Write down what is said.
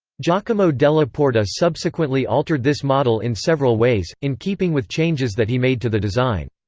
giacomo della porta subsequently altered this model in several ways, in keeping with changes that he made to the design.